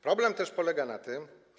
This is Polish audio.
Problem też polega na tym.